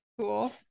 Cool